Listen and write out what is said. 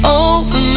over